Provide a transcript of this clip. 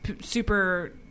super